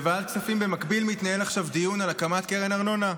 בוועדת כספים במקביל מתנהל עכשיו דיון על הקמת קרן ארנונה,